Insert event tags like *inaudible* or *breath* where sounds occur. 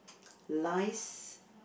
lies~ *breath*